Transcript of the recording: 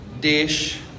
DISH